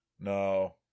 No